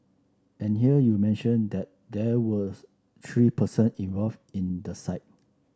and here you mention that there were three person involved in the site